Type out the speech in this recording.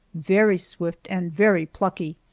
very swift and very plucky,